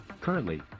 Currently